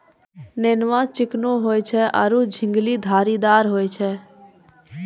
नेनुआ चिकनो होय छै आरो झिंगली धारीदार होय छै